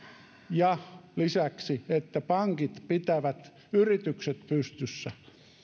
ja lisäksi sitä että pankit pitävät yritykset pystyssä